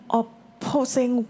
opposing